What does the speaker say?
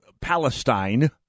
palestine